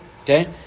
Okay